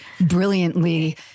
brilliantly